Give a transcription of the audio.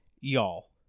y'all